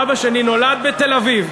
אבא שלי נולד בתל-אביב.